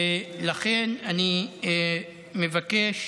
ולכן אני מבקש